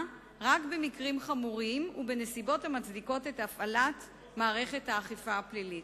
רק במקרים חמורים ובנסיבות המצדיקות את הפעלת מערכת האכיפה הפלילית.